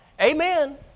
Amen